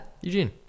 Eugene